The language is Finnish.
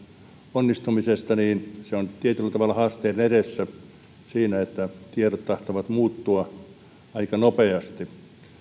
onnistumisesta niin se on tietyllä tavalla haasteen edessä siinä että tiedot tahtovat muuttua aika nopeasti